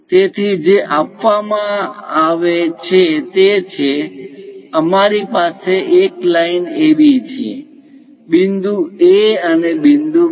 તેથી જે આપવામાં આવે છે તે છે અમારી પાસે એક લાઇન AB છે બિંદુ A અને બિંદુ B